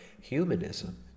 humanism